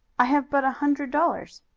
i have but a hundred dollars.